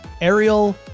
Ariel